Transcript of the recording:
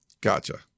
Gotcha